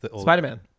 Spider-Man